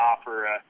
offer